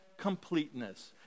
completeness